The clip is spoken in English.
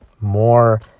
more